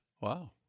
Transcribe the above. Wow